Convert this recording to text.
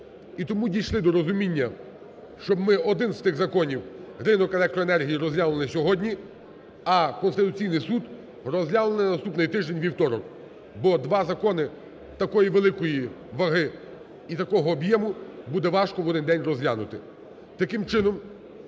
І тому дійшли до розуміння, щоб ми один з тих законів, ринок електроенергії розглянули сьогодні, а Конституційний Суд розглянули на наступний тиждень у вівторок, бо два закони такої великої ваги і такого об'єму буде важко в один день розглянути.